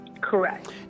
Correct